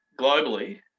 globally